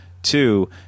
Two